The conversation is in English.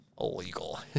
Illegal